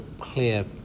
clear